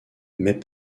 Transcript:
mais